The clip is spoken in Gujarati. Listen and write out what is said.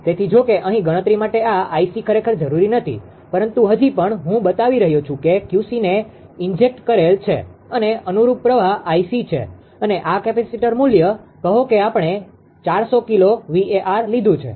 તેથી જોકે અહીં ગણતરી માટે આ 𝐼𝐶 ખરેખર જરૂરી નથી પરંતુ હજી પણ હું બતાવી રહ્યો છું કે 𝑄𝐶ને ઇન્જેક્ટ કરેલ છે અને અનુરૂપ પ્રવાહ 𝐼𝐶 છે અને આ કેપેસિટર મૂલ્ય કહો કે આપણે 400 કિલો VAr લીધું છે